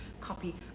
copy